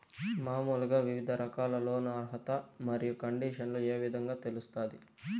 మామూలుగా వివిధ రకాల లోను అర్హత మరియు కండిషన్లు ఏ విధంగా తెలుస్తాది?